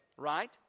Right